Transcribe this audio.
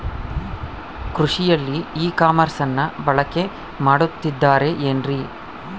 ಕೃಷಿಯಲ್ಲಿ ಇ ಕಾಮರ್ಸನ್ನ ಬಳಕೆ ಮಾಡುತ್ತಿದ್ದಾರೆ ಏನ್ರಿ?